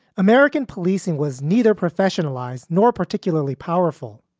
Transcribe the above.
american policing was neither professionalized nor particularly powerful.